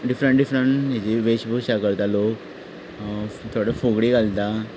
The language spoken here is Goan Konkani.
डिफ्रंट डिफ्रंट वेषभुशा करता लोक थोडे फुगडी घालता